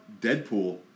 Deadpool